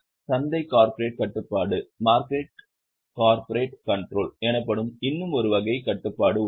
சந்தை கார்ப்பரேட் கட்டுப்பாடு எனப்படும் இன்னும் ஒரு வகை கட்டுப்பாடு உள்ளது